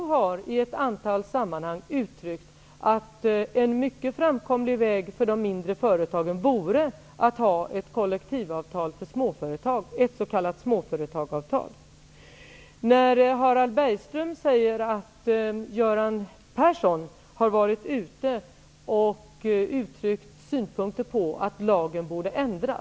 LO har i ett antal sammanhang uttryckt att en mycket framkomlig väg för de mindre företagen vore ett kollektivavtal för småföretag, ett s.k. Harald Bergström säger att Göran Persson har uttryckt synpunkter på att lagen borde ändras.